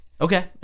Okay